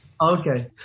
Okay